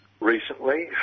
recently